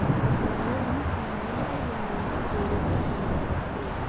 कवनो भी सामान के गारंटी देवे के पड़त बाटे